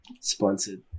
Sponsored